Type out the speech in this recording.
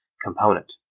component